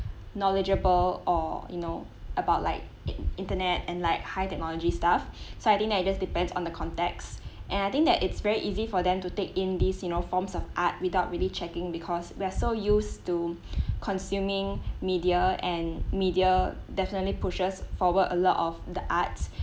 knowledgeable or you know about like in~ internet and like high technology stuff so I think that it just depends on the context and I think that it's very easy for them to take in this you know forms of art without really checking because we're so used to consuming media and media definitely pushes forward a lot of the arts